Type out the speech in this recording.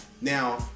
Now